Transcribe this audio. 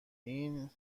این